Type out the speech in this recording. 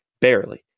barely